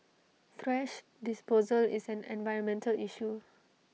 thrash disposal is an environmental issue